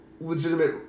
legitimate